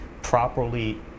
properly